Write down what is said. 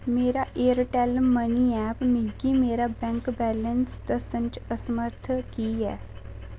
मेरा Airtel money app मिगी मेरा बैंक बैलेंस दस्सने च असमर्थ की ऐ